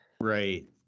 Right